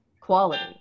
quality